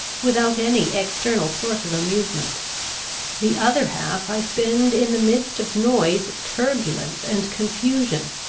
without any external source of amusement the other half i spend in the midst of noise, turbulence, and, confusion.